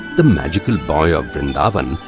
the magical boy of vrindavan,